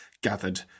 gathered